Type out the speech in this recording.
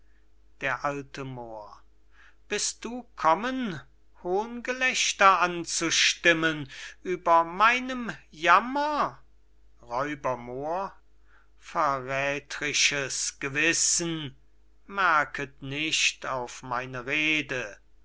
d a moor bist du kommen hohngelächter anzustimmen über meinem jammer r moor verrätherisches gewissen merket nicht auf meine rede